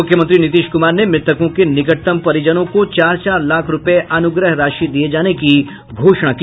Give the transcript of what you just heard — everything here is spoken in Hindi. मुख्यमंत्री नीतीश कुमार ने मृतकों के निकटतम परिजनों को चार चार लाख रूपये अनुग्रह राशि दिये जाने की घोषणा की